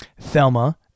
Thelma